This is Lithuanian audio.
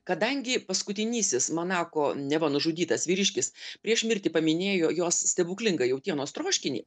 kadangi paskutinysis manako neva nužudytas vyriškis prieš mirtį paminėjo jos stebuklingą jautienos troškinį